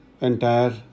entire